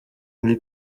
muri